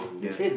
ya